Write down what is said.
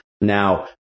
Now